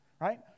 right